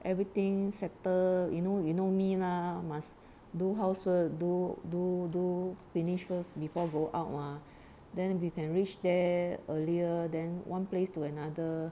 everything settle you know you know me lah must do housework do do do finish first before go out mah then we can reach there earlier then one place to another